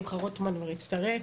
שמחה רוטמן כבר הצטרף,